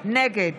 נגד